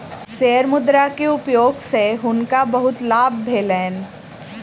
share मुद्रा के उपयोग सॅ हुनका बहुत लाभ भेलैन